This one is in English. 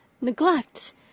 Neglect